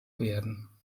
werden